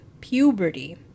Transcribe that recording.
puberty